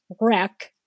wreck